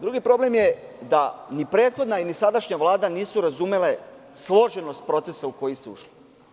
Drugi problem je da ni prethodna ni sadašnja Vlada nisu razumele složenost procesa u koji se ušlo.